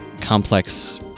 complex